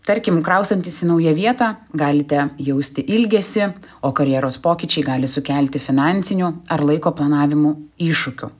tarkim kraustantis į naują vietą galite jausti ilgesį o karjeros pokyčiai gali sukelti finansinių ar laiko planavimų iššūkių